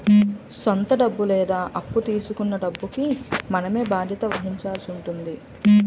సొంత డబ్బు లేదా అప్పు తీసుకొన్న డబ్బుకి మనమే బాధ్యత వహించాల్సి ఉంటుంది